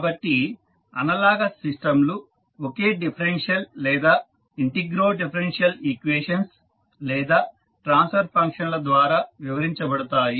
కాబట్టి అనలాగస్ సిస్టంలు ఒకే డిఫరెన్షియల్ లేదా ఇంటిగ్రోడిఫరెన్షియల్ ఈక్వేషన్స్ లేదా ట్రాన్స్ఫర్ ఫంక్షన్ల ద్వారా వివరించబడతాయి